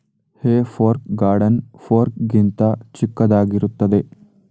ಹೇ fork garden fork ಗಿಂತ ಚಿಕ್ಕದಾಗಿರುತ್ತದೆ